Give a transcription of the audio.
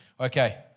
Okay